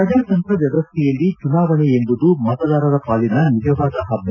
ಪ್ರಜಾತಂತ್ರ ವ್ಯವಸ್ಥೆಯಲ್ಲಿ ಚುನಾವಣೆ ಎಂಬುದು ಮತದಾರರ ಪಾಲಿನ ನಿಜವಾದ ಹಬ್ಬ